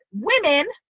women